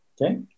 Okay